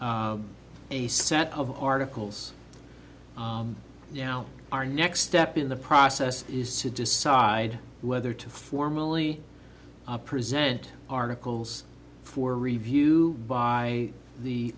drafting a set of articles now our next step in the process is to decide whether to formally present articles for review by the